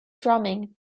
drumming